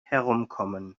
herumkommen